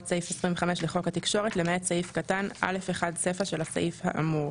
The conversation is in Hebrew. סעיף 25 לחוק התקשורת למעט סעיף קטן (א)1) סיפה של הסעיף האמור.